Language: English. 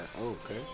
okay